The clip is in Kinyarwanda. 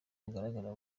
bugaragarira